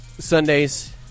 Sundays